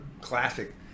classic